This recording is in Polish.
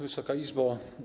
Wysoka Izbo!